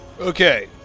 Okay